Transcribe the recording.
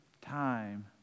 time